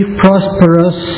prosperous